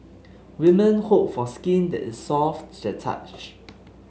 women hope for skin that is soft to the touch